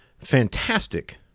fantastic